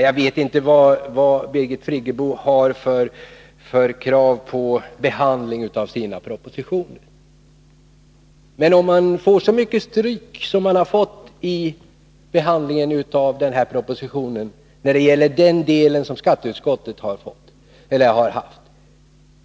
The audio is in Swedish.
Jag vet inte vilka krav Birgit Friggebo har på behandlingen av sina propositioner, men när hon får så mycket stryk som vid behandlingen av den här propositionen när det gäller den del som skatteutskottet har yttrat sig över,